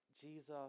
Jesus